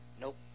nope